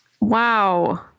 Wow